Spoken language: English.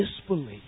disbelief